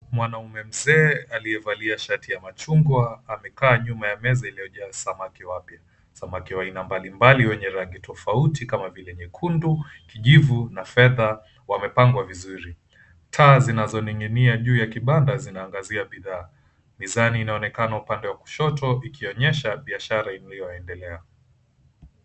Mwanaume mzee alievalia shati la machungwa amekaa nyuma ya meza iliyojaa samaki wapya. Samaki wa aina mbalimbali wenye rangi tofauti kama vile nyekundu, kijivu na fedha wamepangwa vizuri. Taa zinazoning'inia juu ya kibanda zinaangazia bidhaa. Mizani inaonekana upande wa kushoto ikionyesha biashara inayoendelea.